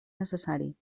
necessari